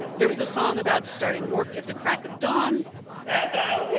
there was a song about starting work at the crack of dawn and i